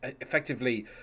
effectively